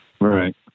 Right